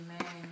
Amen